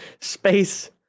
space